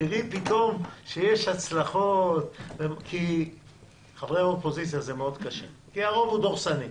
פתאום שיש הצלחות כי חברי האופוזיציה - זה מאוד קשה כי הרוב הוא דורסני.